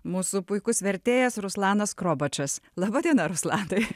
mūsų puikus vertėjas ruslanas krobačas laba diena ruslanai